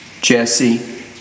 Jesse